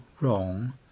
wrong